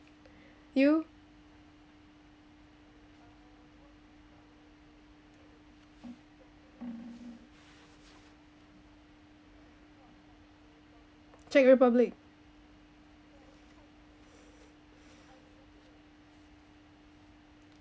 you czech republic